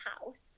house